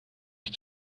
ich